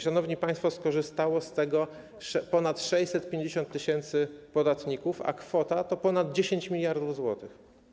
Szanowni państwo, skorzystało z tego ponad 650 tys. podatników, a kwota wynosi ponad 10 mld zł.